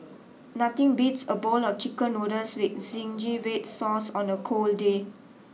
nothing beats a bowl of chicken noodles with zingy red sauce on a cold day